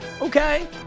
okay